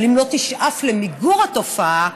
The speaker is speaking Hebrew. אבל אם לא תשאף למיגור התופעה,